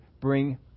bring